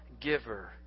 giver